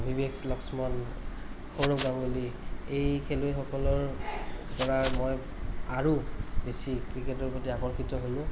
V V S Laxman Sourav Ganguly এই খেলুৱৈসকলৰ পৰা মই আৰু বেছি ক্ৰিকেটৰ প্ৰতি আকৰ্ষিত হ'লোঁ